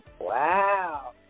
Wow